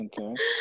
Okay